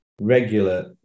regular